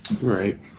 right